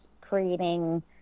creating